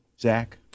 Zach